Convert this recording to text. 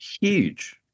Huge